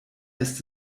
ist